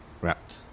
wrapped